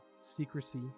secrecy